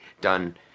done